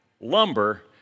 lumber